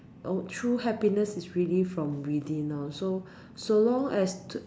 oh true happiness is really from within lor so so long as